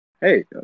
Hey